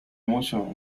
mucho